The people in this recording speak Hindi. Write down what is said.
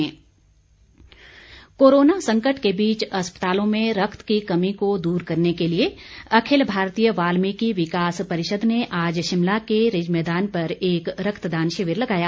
रक्तदान कोरोना संकट के बीच अस्पतालों में रक्त की कमी को दूर करने के लिए अखिल भारतीय वाल्मीकि विकास परिषद ने आज शिमला के रिज मैदान पर एक रक्तदान शिविर लगाया